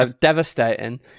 devastating